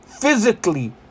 physically